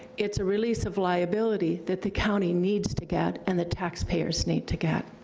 it's a release of liability that the county needs to get and the taxpayers need to get.